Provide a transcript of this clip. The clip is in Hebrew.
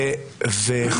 כאשר אני אומר את האמת.